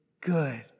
good